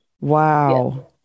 wow